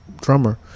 drummer